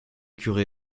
curé